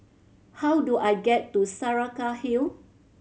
how do I get to Saraca Hill